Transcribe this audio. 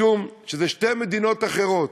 משום שאלה שתי מדינות אחרות.